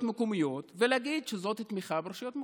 מקומיות ולהגיד שזו תמיכה ברשויות המקומיות.